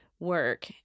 work